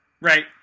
Right